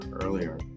earlier